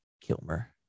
kilmer